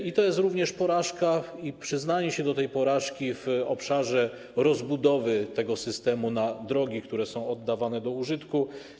I to jest również porażka i przyznanie się do tej porażki w obszarze rozbudowy tego systemu na drogi, które są oddawane do użytku.